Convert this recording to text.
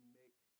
make